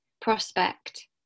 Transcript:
prospect